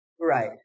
Right